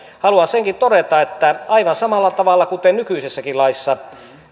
haluan senkin todeta että aivan samalla tavalla kuten nykyisessäkin laissa